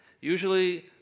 Usually